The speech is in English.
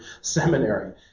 Seminary